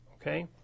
okay